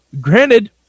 granted